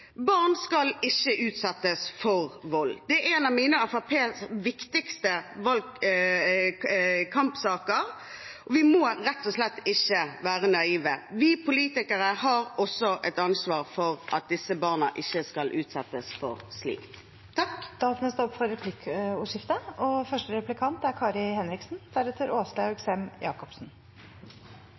Barn skal ikke utsettes for vold. Det er en av mine og Fremskrittspartiets viktigste kampsaker. Vi må rett og slett ikke være naive. Vi politikere har også et ansvar for at disse barna ikke skal utsettes for slikt.